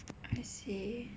I see